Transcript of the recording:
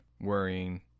worrying